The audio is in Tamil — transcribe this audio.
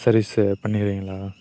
சரி சார் பண்ணிவிடுவீங்களா